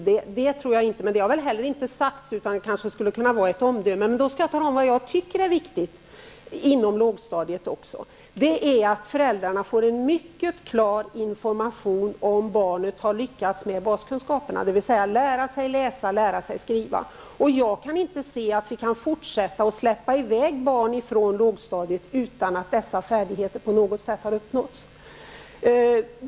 Men det har ju inte sagts, utan bedömningen skall kanske i stället utgöras av ett omdöme. Jag anser emellertid att det är viktigt, även inom lågstadiet, att föräldrarna får en mycket klar information om hur barnet lyckats med att tillgodogöra sig baskunskaperna, dvs. läsa och skriva. Vi kan inte fortsätta att släppa barn från lågstadiet utan att dessa färdigheter har uppnåtts.